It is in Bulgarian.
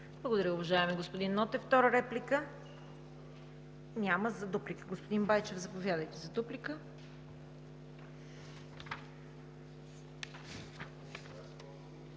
Благодаря, уважаеми господин Нотев. Втора реплика? Няма. Дуплика? Господин Байчев, заповядайте за дуплика.